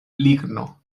ligno